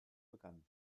begann